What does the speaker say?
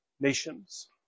nations